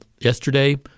Yesterday